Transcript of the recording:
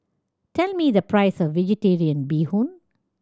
tell me the price of Vegetarian Bee Hoon